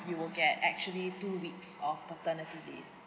you will get actually two weeks of paternity leave